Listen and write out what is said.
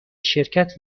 شرکت